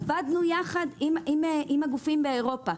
עבדנו יחד עם הגופים באירופה.